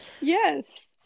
Yes